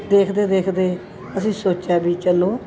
ਦੇਖਦੇ ਦੇਖਦੇ ਅਸੀਂ ਸੋਚਿਆ ਵੀ ਚੱਲੋ